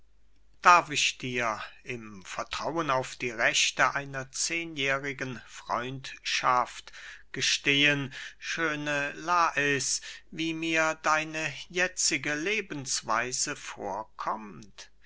darf ich dir im vertrauen auf die rechte einer zehnjährigen freundschaft gestehen schöne lais wie mir deine jetzige lebensweise vorkommt